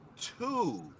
two